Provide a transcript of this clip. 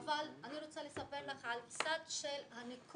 אבל אני רוצה לספר לך על צד של הניכור